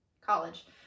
college